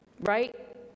right